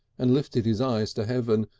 and lifted his eyes to heaven,